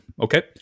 Okay